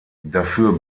dafür